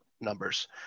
numbers